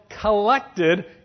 collected